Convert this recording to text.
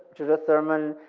judith thurman,